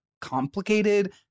complicated